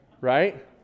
right